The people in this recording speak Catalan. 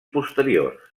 posteriors